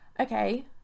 Okay